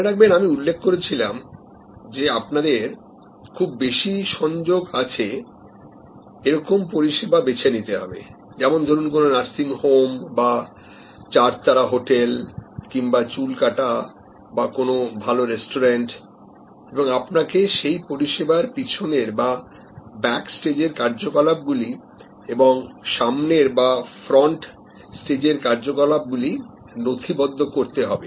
মনে রাখবেন আমি উল্লেখ করেছিলাম যে আপনাদের খুব বেশি সংযোগ আছে এরকম পরিষেবা বেছে নিতে হবে যেমন ধরুন কোন নার্সিংহোম বা চার তারা হোটেল কিংবা চুল কাটা বা কোনো ভালো রেস্টুরেন্ট এবং আপনাকে সেই পরিষেবার পিছনের বা ব্যাক স্টেজের কার্যকলাপ গুলি এবং সামনের বা ফ্রন্ট স্টেজের কার্যকলাপ গুলি নথিবদ্ধ করতে হবে